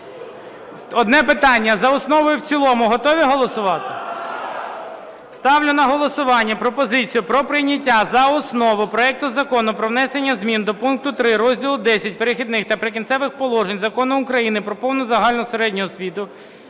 Одне питання – за основу і в цілому готові голосувати? Ставлю на голосування пропозицію про прийняття за основу проекту Закону про внесення змін до пункту 3 розділу Х "Перехідні та прикінцеві положення" Закону України "Про повну загальну середню освіту"